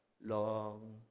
long